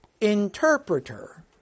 interpreter